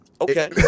okay